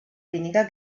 weniger